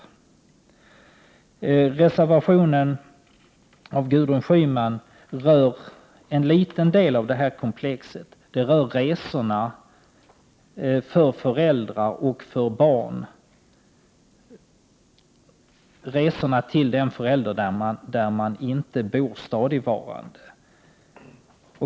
Reservationen av Gudrun Schyman rör en liten del av det här komplexet, nämligen resorna för föräldrar och för barn, resorna till den förälder där barnet inte bor stadigvarande.